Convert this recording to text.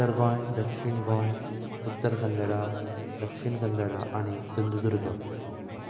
उत्तर गोंय दक्षिण गोंय उत्तर कन्नडा दक्षिण कन्नडा आनी सिंधुदुर्ग